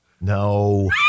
No